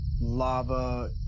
lava